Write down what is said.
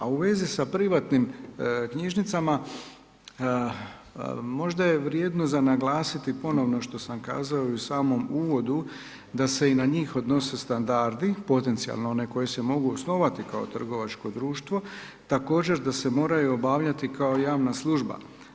A u vezi sa privatnim knjižnicama možda je vrijedno za naglasiti ponovno što sam kazao i u samom uvodu da se i na njih odnose standardi potencijalno one koje se mogu osnovati kao trgovačko društvo, također da se moraju obavljati kao javna služba.